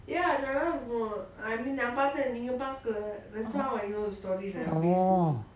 oh